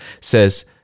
says